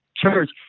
Church